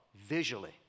visually